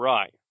Right